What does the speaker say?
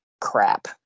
crap